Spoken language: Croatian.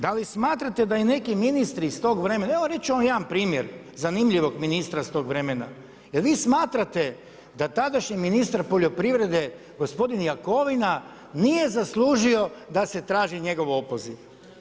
Da li smatrate da i neki ministri iz tog vremena, evo reći ću vam jedan primjer zanimljivog ministra iz tog vremena, jel vi smatrate da tadašnji ministar poljoprivrede, gospodin Jakovina nije zaslužio da se traži njegov opoziv?